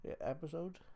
episode